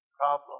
problem